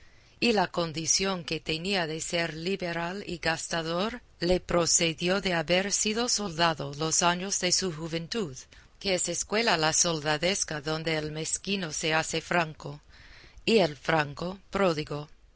y la condición que tenía de ser liberal y gastador le procedió de haber sido soldado los años de su joventud que es escuela la soldadesca donde el mezquino se hace franco y el franco pródigo